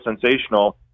sensational